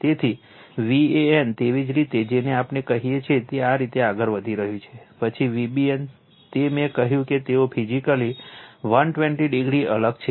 તેથી Van તે તેવી જ રીતે જેને આપણે કહીએ છીએ તે આ રીતે આગળ વધી રહ્યું છે પછી Vbn તે મેં કહ્યું કે તેઓ ફિઝિકલી 120 o અલગ છે